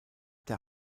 der